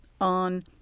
on